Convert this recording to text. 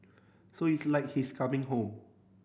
so it's like he's coming home